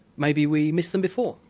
maybe we missed them before?